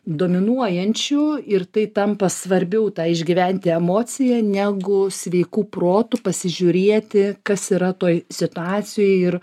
dominuojančiu ir tai tampa svarbiau tą išgyventi emociją negu sveiku protu pasižiūrėti kas yra toj situacijoj ir